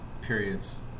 periods